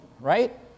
right